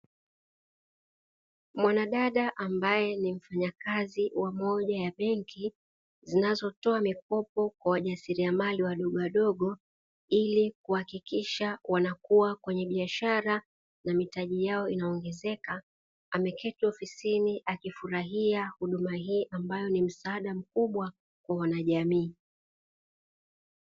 Mwanadada ambaye ni mfanyakazi wa moja ya benki zinnazotoa mikopo kwa wajasiriamalai wadogowadogo ili kuhakikisha wanakua kwenye biashara na mitaji yao kuongezeka, ameketi ofisini akifurahia huduma hii ambayo ni msaada mkubwa kwa wanajamii.